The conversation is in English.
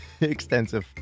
extensive